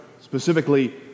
specifically